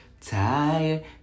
tired